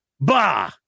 Bah